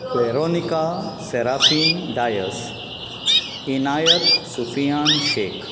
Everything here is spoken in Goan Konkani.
वॅरोनिका सेराफीन डायस विनायक सुफियान शैख